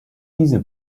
diese